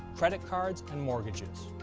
credit cards and mortgages.